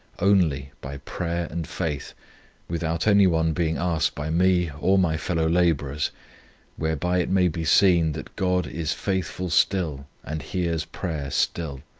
only by prayer and faith without anyone being asked by me or my fellow-laborers whereby it may be seen, that god is faithful still, and hears prayer still.